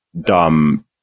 dumb